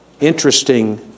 interesting